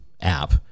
app